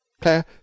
Claire